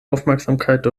aufmerksamkeit